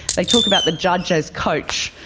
they talk about the judge as coach,